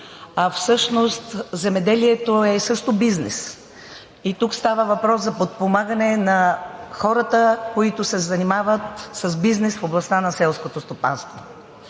Всъщност земеделието е също бизнес и тук става въпрос за подпомагане на хората, които се занимават с бизнес в областта на селското стопанство.